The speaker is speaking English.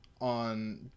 on